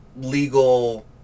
legal